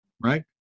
right